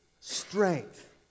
strength